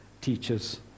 teachers